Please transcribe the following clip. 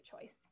choice